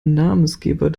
namensgeber